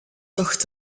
tocht